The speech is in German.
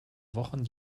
wochen